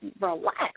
relax